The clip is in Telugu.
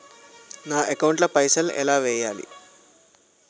నా అకౌంట్ ల పైసల్ ఎలా వేయాలి?